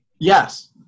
Yes